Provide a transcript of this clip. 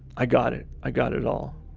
i got it. i got it all.